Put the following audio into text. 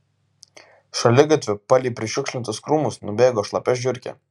šaligatviu palei prišiukšlintus krūmus nubėgo šlapia žiurkė